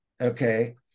Okay